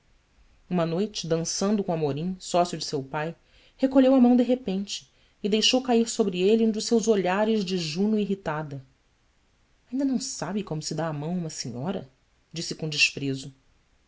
uma noite dançando com o amorim sócio de seu pai recolheu a mão de repente e deixou cair sobre ele um dos seus olhares de juno irritada inda não sabe como se dá a mão a uma senhora disse com desprezo